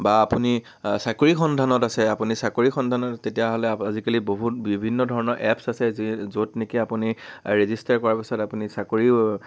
বা আপুনি চাকৰি সন্ধানত আছে আপুনি চাকৰি সন্ধানত তেতিয়াহ'লে আ আজিকালি বহুত বিভিন্ন ধৰণৰ এপছ আছে যি য'ত নেকি আপুনি ৰেজিষ্টাৰ কৰাৰ পিছত আপুনি চাকৰিও